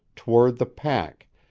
toward the pack,